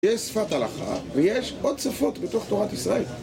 יש שפת הלכה ויש עוד שפות בתוך תורת ישראל